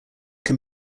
can